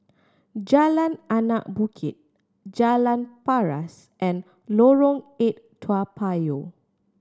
Jalan Anak Bukit Jalan Paras and Lorong Eight Toa Payoh